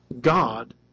God